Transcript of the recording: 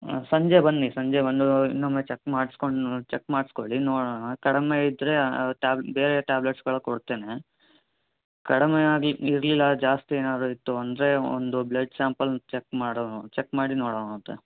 ಹಾಂ ಸಂಜೆ ಬನ್ನಿ ಸಂಜೆ ಬಂದು ಇನ್ನೊಮ್ಮೆ ಚೆಕ್ ಮಾಡಿಸಿಕೊಂಡು ಚೆಕ್ ಮಾಡಿಸಿಕೊಳ್ಳಿ ನೋಡೋಣ ಕಡಿಮೆ ಇದ್ದರೆ ಟ್ಯಾ ಬೇರೆ ಟ್ಯಾಬ್ಲೆಟ್ಸ್ಗಳು ಕೊಡ್ತೇನೆ ಕಡಿಮೆಯಾಗಿ ಇರಲಿಲ್ಲ ಜಾಸ್ತಿ ಏನಾದರೂ ಇತ್ತು ಅಂದರೆ ಒಂದು ಬ್ಲೆಡ್ ಸ್ಯಾಂಪಲ್ ಚೆಕ್ ಮಾಡೋ ಚೆಕ್ ಮಾಡಿ ನೋಡೋಣ ಮತ್ತೆ